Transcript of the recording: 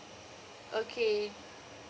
okay